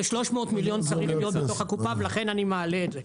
300 מיליון צריך להיות בתוך הקופה ולכן אני מעלה את זה.